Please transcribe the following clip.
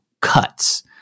cuts